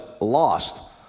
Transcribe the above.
lost